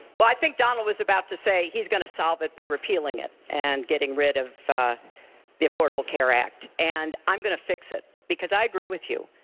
i think donald was about to say he's gonna solve it by repealing it and getting rid of the affordable care act. and i'm going to fix it because i agree with you.